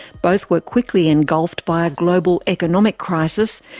both were quickly engulfed by a global economic crisis,